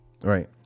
Right